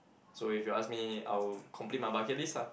so if you ask me I'll complete my bucket list ah